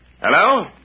Hello